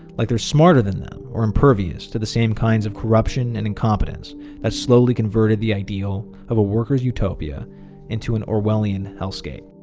like they're smarter than them or impervious to the same kinds of corruption and incompetence that slowly converted the ideal of a workers utopia into an orwellian hellscape.